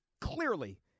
clearly